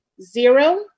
zero